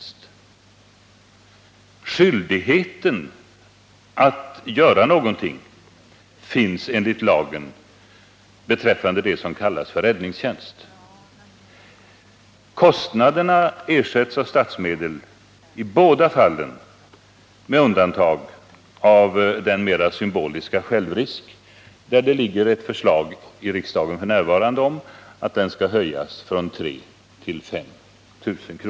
Skyldighet för kommunerna att göra någonting finns enligt lagen beträffande det som kallas räddningstjänst. Kostnaderna ersätts av statsmedel i båda fallen, med undantag av den mera symboliska självrisken, där det f. n. ligger ett förslag i riksdagen om att den skall höjas från 3000 till 5 000 kr.